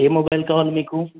ఏ mobile కావాలి మీకు